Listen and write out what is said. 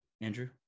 Andrew